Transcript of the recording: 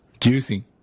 Juicy